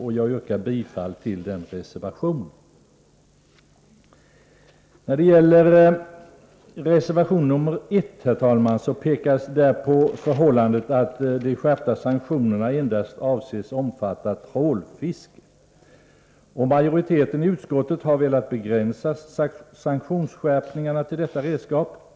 Jag yrkar bifall till reservation 2. I reservation 1 pekar man på förhållandet att de skärpta sanktionerna endast avses omfatta trålfiske. Majoriteten i utskottet har velat begränsa sanktionsskärpningarna till detta redskap,